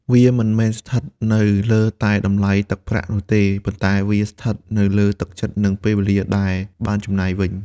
វាមិនមែនស្ថិតនៅលើតែតម្លៃទឹកប្រាក់នោះទេ ប៉ុន្តែវាស្ថិតនៅលើ «ទឹកចិត្ត» និង «ពេលវេលា» ដែលបានចំណាយវិញ។